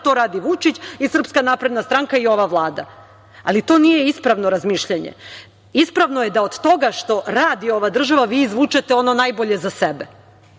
to radi Vučić, SNS i ova Vlada, ali to nije ispravno razmišljanje. Ispravno je da od toga što radi ova država vi izvučete ono najbolje za sebe.